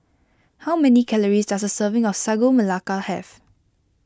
how many calories does a serving of Sagu Melaka have